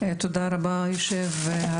תודה רבה יושב-הראש,